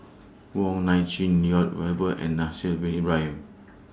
Wong Nai Chin Lloyd Valberg and Haslir Bin Ibrahim